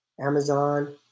Amazon